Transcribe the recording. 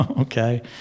Okay